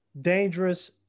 dangerous